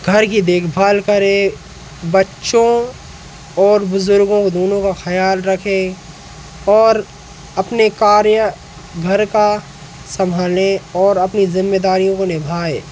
घर की देखभाल करे बच्चों और बुजुर्गों दोनों का खयाल रखें और अपने कार्य घर का संभालें और अपनी जिम्मेदारियों को निभाएँ